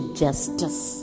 justice